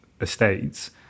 estates